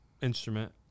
instrument